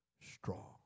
strong